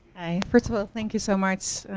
first of all, thank you so much,